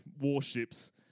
warships